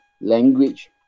language